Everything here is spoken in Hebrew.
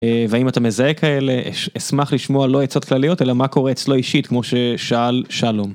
ואם אתה מזהה כאלה אשמח לשמוע לא עצות כלליות אלא מה קורה אצלו אישית כמו ששאל שלום.